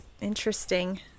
Interesting